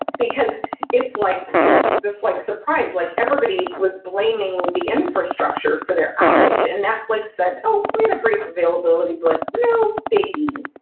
because it's like it's this like surprise. like everybody was blaming the infrastructure for their outage, and netflix said, oh! we had a brief availability blip. no biggie.